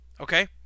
Okay